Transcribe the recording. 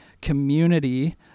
community